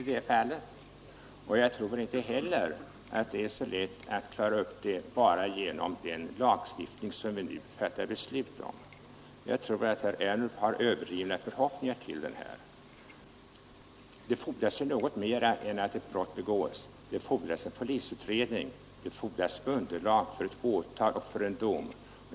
Inte heller tror jag att problemet lätt kan klaras upp bara genom en liten ändring av den lagstiftning som vi nu fattar beslut om. Herr Ernulf har nog överdrivna förhoppningar i det avseendet. Det fordras dessutom något mera sedan ett brott begåtts; det fordras en polisutredning och även underlag för ett åtal och för en dom.